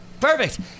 perfect